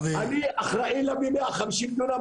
אני אחראי להביא 150 דונם,